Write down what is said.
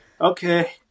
Okay